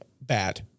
bad